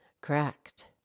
Correct